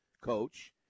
coach